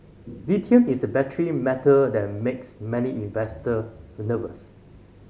lithium is a battery metal that makes many investor nervous